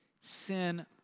Sin